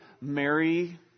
Mary